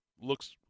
looks